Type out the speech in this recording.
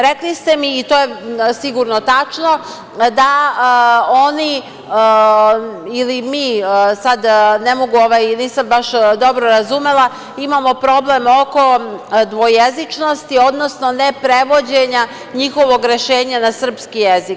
Rekli ste mi, i to je sigurno tačno, da oni, ili mi, sad ne mogu, nisam baš dobro razumela, imamo problem oko dvojezičnosti, odnosno neprevođenja njihovog rešenja na srpski jezik.